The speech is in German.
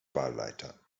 wahlleiter